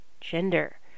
gender